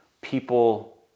people